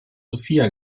sophia